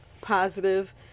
positive